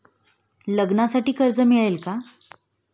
लग्नासाठी कर्ज मिळेल का?